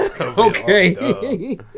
Okay